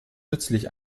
nützlich